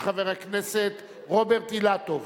של חבר הכנסת רוברט אילטוב.